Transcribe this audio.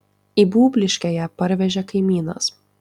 į būbliškę ją parvežė kaimynas